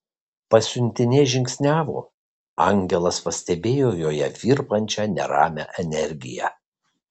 pasiuntinė žingsniavo angelas pastebėjo joje virpančią neramią energiją